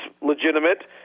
legitimate